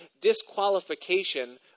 disqualification